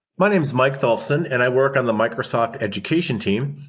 my name is mike tholfsen and i work on the microsoft education team.